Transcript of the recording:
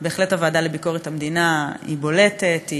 בהחלט הוועדה לביקורת המדינה היא בולטת,